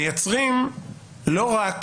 מייצרים לא רק